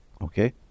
Okay